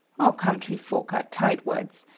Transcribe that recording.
all country folk are tight-wads,